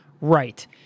right